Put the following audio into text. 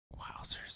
Wowzers